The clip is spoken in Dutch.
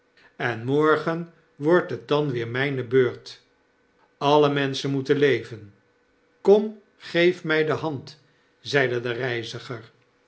en morgen wordt t dan weer mijne beurt alle menschen moeten leven kom geef my de hand zeide de reiziger